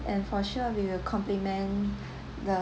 and for sure we will compliment the